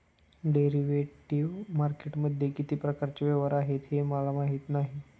derivative मार्केटमध्ये किती प्रकारचे व्यवहार आहेत हे मला माहीत नाही